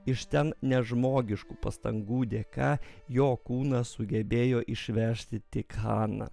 iš ten nežmogiškų pastangų dėka jo kūną sugebėjo išvežti tik hana